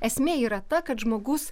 esmė yra ta kad žmogus